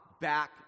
back